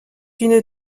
une